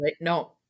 No